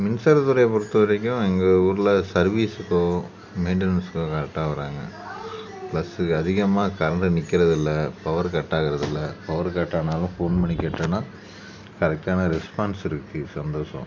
மின்சாரத்துறையை பொறுத்த வரைக்கும் எங்கள் ஊரில் சர்வீஸுக்கோ மெயின்டனன்ஸ்கோ கரெக்டாக வராங்க ப்ளஸ்ஸு அதிகமாக கரண்டு நிற்கிறது இல்லை பவர் கட்டாகிறது இல்லை பவர் கட்டானாலும் ஃபோன் பண்ணி கேட்டேனா கரெக்டான ரெஸ்பான்ஸ் இருக்குது சந்தோஷம்